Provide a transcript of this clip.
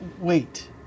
Wait